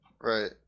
Right